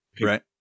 Right